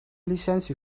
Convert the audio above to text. licentie